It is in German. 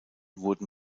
wurden